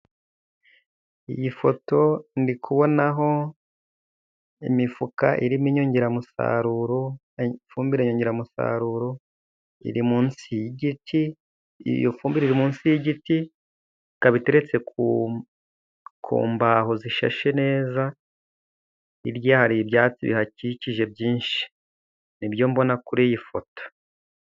Iyi foto ndi kubonaho imifuka irimo inyongeramusaruro, ifumbire nyongeramusaruro, iri munsi y'igiti, iyo fumbire iri munsi y'igiti, ikaba iteretse ku mbaho zishashe neza, hirya hari ibyatsi bihakikije byinshi. Nibyo mbona kuri iyi foto.